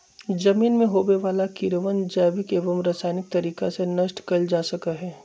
जमीन में होवे वाला कीड़वन जैविक एवं रसायनिक तरीका से नष्ट कइल जा सका हई